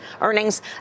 earnings